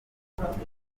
n’ubwonko